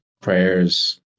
prayers